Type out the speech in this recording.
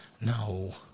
No